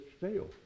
fail